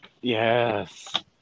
Yes